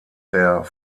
der